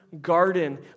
garden